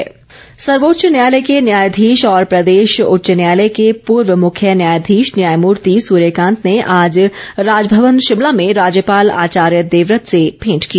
भेंट सर्वोच्च न्यायालय के न्यायाधीश और प्रदेश उच्च न्यायालय के पूर्व मुख्य न्यायाधीश न्यायमूर्ति सूर्यकांत ने आज राजभवन शिमला में राज्यपाल आचार्य देवव्रत से भेंट की